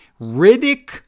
Riddick